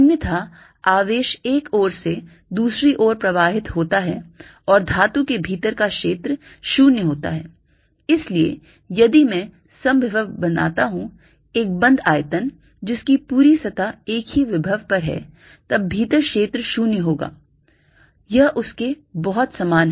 अन्यथा आवेश एक ओर से दूसरी ओर प्रवाहित होता है और धातु के भीतर का क्षेत्र 0 होता है इसलिए यदि मैं समविभव बनाता हूं एक बंद आयतन जिसकी पूरी सतह एक ही विभव पर है तब भीतर क्षेत्र 0 होगा यह उसके बहुत समान है